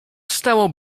stało